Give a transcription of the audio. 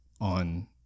on